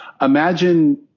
Imagine